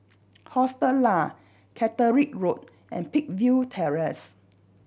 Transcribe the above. Hostel Lah Catterick Road and Peakville Terrace